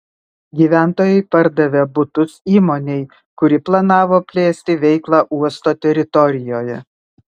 gyventojai pardavė butus įmonei kuri planavo plėsti veiklą uosto teritorijoje